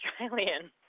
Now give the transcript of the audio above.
Australian